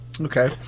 Okay